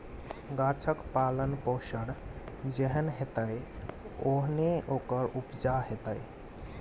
गाछक पालन पोषण जेहन हेतै ओहने ओकर उपजा हेतै